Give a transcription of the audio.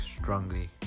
strongly